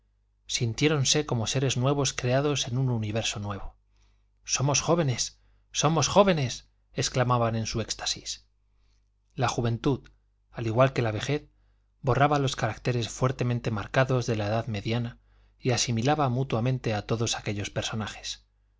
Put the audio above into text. porvenir sintiéronse como seres nuevos creados en un universo nuevo somos jóvenes somos jóvenes exclamaban en su éxtasis la juventud al igual que la vejez borraba los caracteres fuertemente marcados de la edad mediana y asimilaba mutuamente a todos aquellos personajes